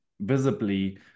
visibly